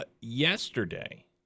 Yesterday